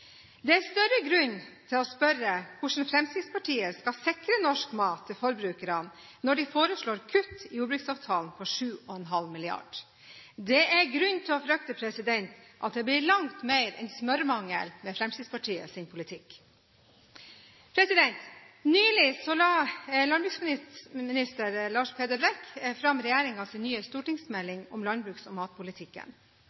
Det er større grunn til å spørre hvordan Fremskrittspartiet skal sikre norsk mat til forbrukerne når de foreslår kutt i jordbruksavtalen på 7,5 mrd. kr. Det er grunn til å frykte at det blir langt mer enn smørmangel med Fremskrittspartiets politikk. Nylig la landbruksminister Lars Peder Brekk fram regjeringens nye stortingsmelding om landbruks- og matpolitikken. Den nye